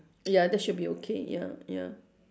ya that should be okay ya ya